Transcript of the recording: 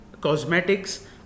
cosmetics